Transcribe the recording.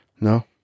No